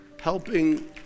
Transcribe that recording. Helping